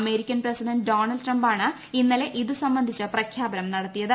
American president Donald ട്രംപാണ് ഇന്നലെ ഇത് സംബന്ധിച്ച് പ്രഖ്യാപനം നടത്തിയത്